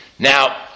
Now